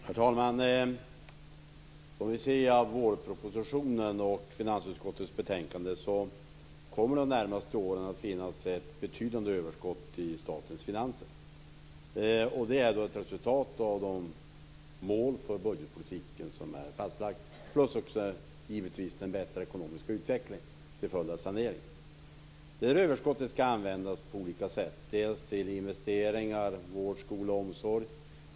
Herr talman! Som vi ser av vårpropositionen och finansutskottets betänkandet kommer det de närmaste åren att finnas ett betydande överskott i statens finanser. Det är ett resultat av de mål för budgetpolitiken som är fastlagda, och givetvis också den bättre ekonomiska utvecklingen till följd av saneringen. Det överskottet skall användas på olika sätt. Det skall användas till investeringar i vård, skola och omsorg.